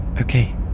Okay